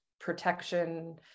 protection